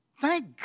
thank